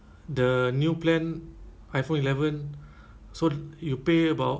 the new plan iphone eleven so you pay about